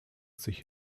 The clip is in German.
sich